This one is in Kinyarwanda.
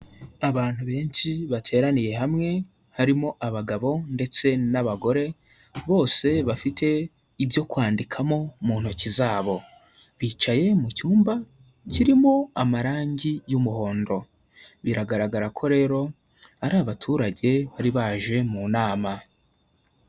Abantu benshi bateraniye hamwe harimo abagabo ndetse n'abagore, bose bafite ibyo kwandikamo mu ntoki zabo, bicaye mu cyumba kirimo amarangi y'umuhondo, biragaragara ko rero ari abaturage bari baje mu nama.